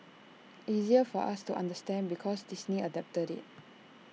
easier for us to understand because Disney adapted IT